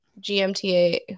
GMTA